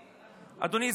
אדוני,